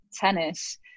tennis